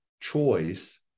choice